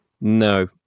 No